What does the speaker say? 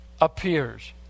appears